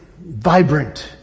vibrant